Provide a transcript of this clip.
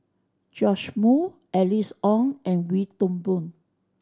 Joash Moo Alice Ong and Wee Toon Boon